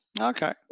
Okay